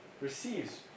receives